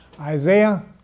Isaiah